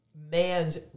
man's